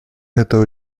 это